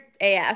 AF